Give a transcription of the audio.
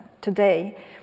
today